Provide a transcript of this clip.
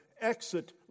exit